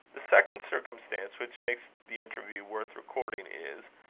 the second circumstance which makes the interview worth recording is,